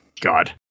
God